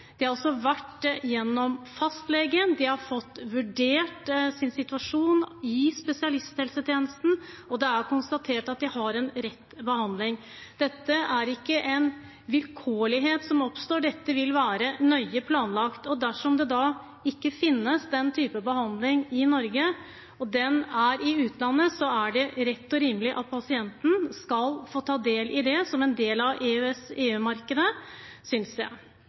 de har gått gjennom fastlegen, de har fått vurdert sin situasjon i spesialisthelsetjenesten, og det er konstatert at de har rett til behandling. Dette er ikke en vilkårlighet som oppstår, dette vil være nøye planlagt. Dersom det da ikke finnes den type behandling i Norge, og den er i utlandet, synes jeg det er rett og rimelig at pasienten skal få ta del i det som en del av EØS-/EU-markedet. Så har jeg